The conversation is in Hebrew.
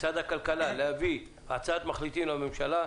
למשרד הכלכלה להביא הצעה לממשלה,